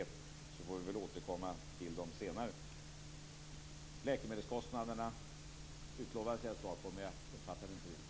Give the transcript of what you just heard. Så får vi väl återkomma till detta senare. Jag utlovades ett svar på frågan om läkemedelskostnaderna, men jag uppfattade det inte riktigt.